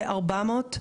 כ-400.